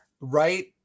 Right